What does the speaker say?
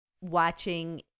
watching